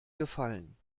gefallen